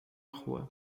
rua